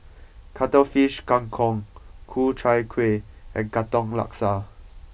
Cuttlefish Kang Kong Ku Chai Kuih and Katong Laksa